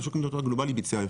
ושוק המניות הגלובלי ביצע יפה.